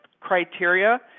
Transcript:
criteria